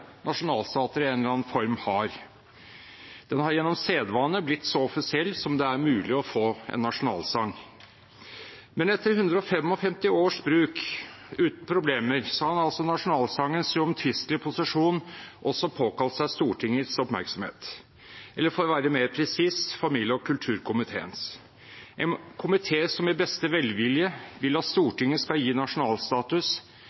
nasjonalstater i en eller annen form har. Den har gjennom sedvane blitt så offisiell som det er mulig å få en nasjonalsang. Men etter 155 års bruk uten problemer har altså nasjonalsangens uomtvistelige posisjon også påkalt seg Stortingets oppmerksomhet, eller for å være mer presis, familie- og kulturkomiteens – en komité som med beste velvilje vil at